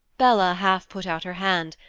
bella half put out her hand,